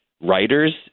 writers